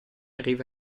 arriva